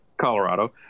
Colorado